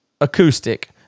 acoustic